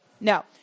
No